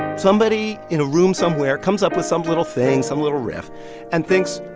somebody in a room somewhere comes up with some little thing, some little riff and thinks,